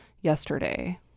yesterday